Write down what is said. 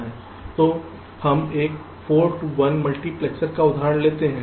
तो हम एक 4 टू 1 मल्टीप्लेक्स का उदाहरण लेते हैं